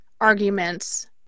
arguments